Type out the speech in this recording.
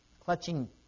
Clutching